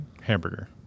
hamburger